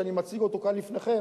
שאני מציג אותו כאן לפניכם,